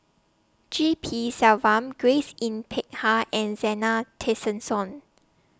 G P Selvam Grace Yin Peck Ha and Zena Tessensohn